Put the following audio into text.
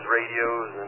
radios